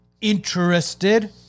interested